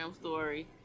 story